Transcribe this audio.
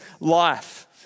life